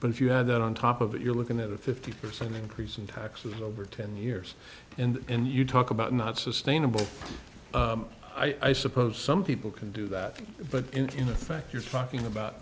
but if you have that on top of it you're looking at a fifty percent increase in taxes over ten years and you talk about not sustainable i suppose some people can do that but in effect you're talking about